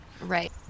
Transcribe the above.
right